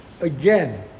Again